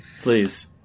please